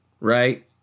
Right